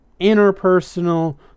interpersonal